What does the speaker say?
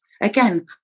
again